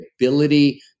ability